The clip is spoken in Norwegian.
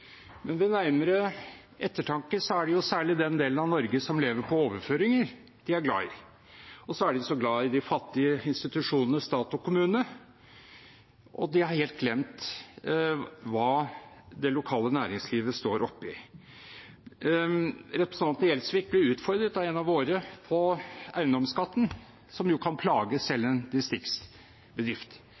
Ved nærmere ettertanke er det særlig den delen av Norge som lever på overføringer, de er glad i. Og så er de så glad i de fattige institusjonene stat og kommune. Og de har helt glemt hva det lokale næringslivet står oppe i. Representanten Gjelsvik ble utfordret av en av våre på eiendomsskatten, som jo kan plage selv en distriktsbedrift.